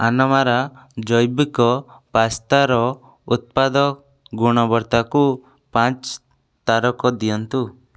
ଆନମାରା ଜୈବିକ ପାସ୍ତାର ଉତ୍ପାଦ ଗୁଣବତ୍ତାକୁ ପାଞ୍ଚ ତାରକା ଦିଅନ୍ତୁ